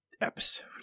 episode